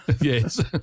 Yes